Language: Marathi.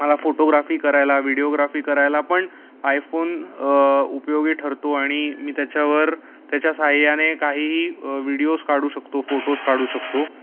मला फोटोग्राफी करायला व्हिडिओग्राफी करायला पण आयफोन उपयोगी ठरतो आणि मी त्याच्यावर त्याच्या साहाय्याने काहीही व्हिडिओज काढू शकतो फोटोज काढू शकतो